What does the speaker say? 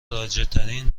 رایجترین